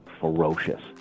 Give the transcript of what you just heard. ferocious